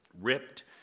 ripped